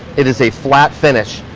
it is a flat finish.